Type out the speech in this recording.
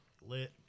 lit